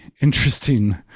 interesting